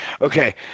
okay